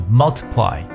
multiply